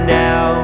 now